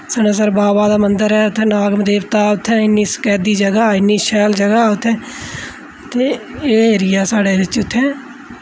सनासर बावा दा मंदर ऐ उत्थै नाग देवता उत्थै इन्नी सकैद जगह् इन्नी शैल जगह् उत्थै ते एह् एरिया साढ़े बिच उत्थै